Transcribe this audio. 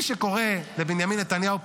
מי שקורא לבנימין נתניהו,